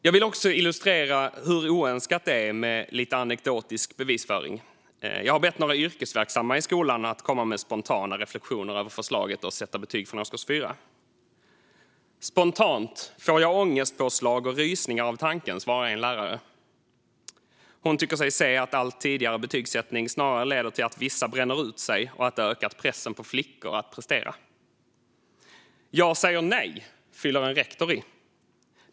Jag vill också illustrera hur oönskat det hela är med lite anekdotisk bevisföring. Jag har bett några yrkesverksamma i skolan om spontana reflektioner över förslaget att sätta betyg från årskurs 4. "Spontant får jag ångestpåslag och rysningar av tanken", svarar en lärare. Hon tycker sig se att allt tidigare betygsättning snarare leder till att vissa bränner ut sig och att det ökar pressen på flickor att prestera. "Jag säger nej", fyller en rektor i.